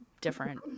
different